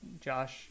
Josh